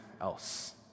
else